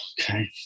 Okay